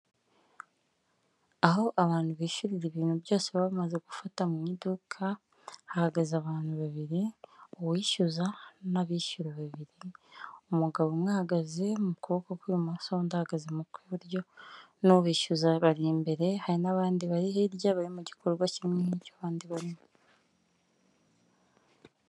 Aho abantu bishyurira ibintu byose bamaze gufata mu iduka hagaze abantu babiri uwishyuza n'abishyura babiri, umugabo umwe ahahagaze mu kuboko kw'ibumoso undi ahagaze mu kw'iburyo n'ubishyuza abari imbere hari n'abandi bari hirya bari mu gikorwa kimwe nk'icyo abandi barimo.